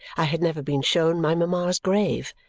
i had never been shown my mama's grave.